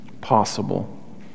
possible